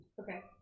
Okay